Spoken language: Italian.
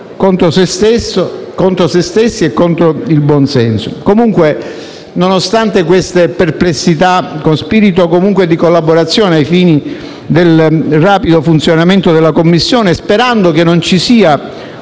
che ha votato contro se stessa e contro il buon senso. Comunque, nonostante queste perplessità, con spirito di collaborazione ai fini del rapido funzionamento della Commissione, sperando che non ci sia